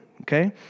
okay